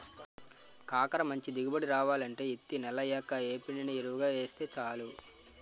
కాకర మంచి దిగుబడి రావాలంటే యిత్తి నెలయ్యాక యేప్పిండిని యెరువుగా యేస్తే సాలు